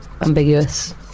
ambiguous